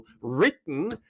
written